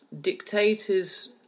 dictators